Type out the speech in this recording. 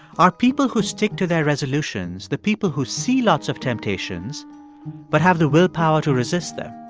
are people who stick to their resolutions the people who see lots of temptations but have the willpower to resist them,